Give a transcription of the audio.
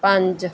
ਪੰਜ